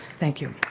thank you.